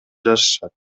жашашат